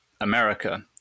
America